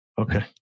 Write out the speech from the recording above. Okay